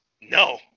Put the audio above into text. No